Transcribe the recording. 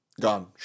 gone